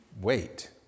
wait